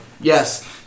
Yes